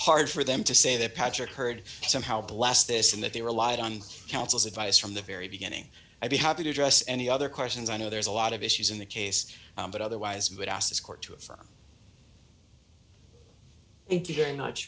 hard for them to say that patrick heard somehow bless this and that they relied on counsel's advice from the very beginning i'd be happy to address any other questions i know there's a lot of issues in the case but otherwise we would ask this court to affirm and be very much